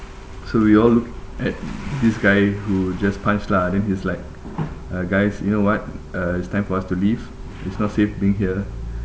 so we all look at this guy who just punched lah then he's like uh guys you know what uh it's time for us to leave it's not safe being here